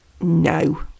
no